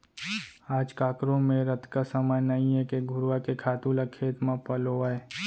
आज काकरो मेर अतका समय नइये के घुरूवा के खातू ल खेत म पलोवय